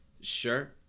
Sure